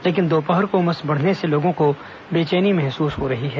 लेकिन दोपहर को उमस बढ़ने से लोगों को बेचैनी महसूस हो रही है